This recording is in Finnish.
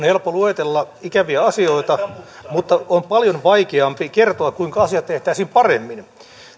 helppo luetella ikäviä asioita mutta on paljon vaikeampaa kertoa kuinka asiat tehtäisiin paremmin